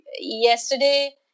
yesterday